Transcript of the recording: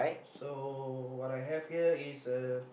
so what I have here is uh